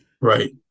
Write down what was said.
Right